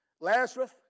Lazarus